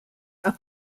are